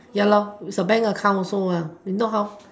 ya it's a bank account also if not how